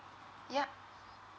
yup